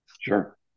Sure